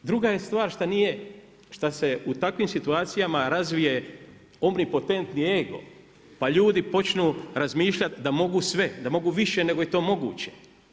Druga je stvar što se u takvim situacijama razvije ombipotentni ego pa ljudi počnu razmišljat da mogu sve, da mogu više nego je to moguće.